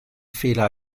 fehler